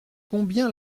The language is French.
combien